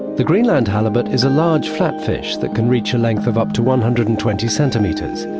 the greenland halibut is a large flat fish that can reach a length of up to one hundred and twenty centimetres.